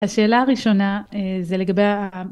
השאלה הראשונה זה לגבי